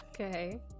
Okay